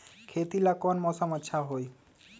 खेती ला कौन मौसम अच्छा होई?